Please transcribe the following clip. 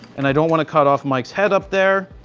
and i don't want to cut off my head up there.